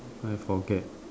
I forget